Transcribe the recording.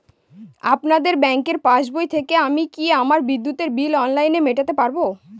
আপনাদের ব্যঙ্কের পাসবই থেকে আমি কি আমার বিদ্যুতের বিল অনলাইনে মেটাতে পারবো?